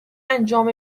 انجام